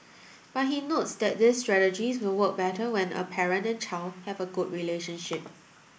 but he notes that these strategies will work better when a parent and child have a good relationship